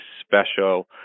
special